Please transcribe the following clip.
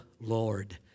Lord